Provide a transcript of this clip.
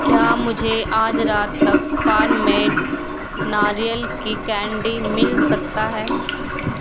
کیا مجھے آج رات تک فارم میڈ ناریل کی کینڈی مل سکتا ہے